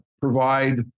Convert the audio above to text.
provide